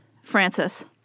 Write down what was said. Francis